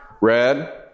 Red